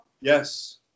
Yes